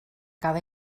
cada